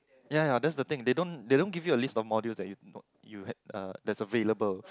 ya ya that's the thing they don't they don't give you a list of modules that you no you had uh that's available